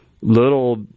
little